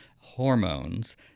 hormones